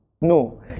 No